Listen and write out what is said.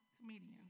comedian